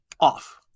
off